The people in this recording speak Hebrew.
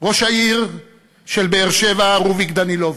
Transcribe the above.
ראש העיר של באר-שבע רוביק דנילוביץ,